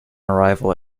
arrival